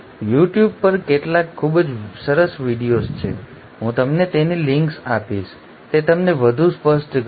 you tube પર કેટલાક ખૂબ જ સરસ વિડિઓઝ છે હું તમને તેની લિંક્સ આપીશ તે તમને વધુ સ્પષ્ટ કરશે